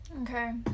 Okay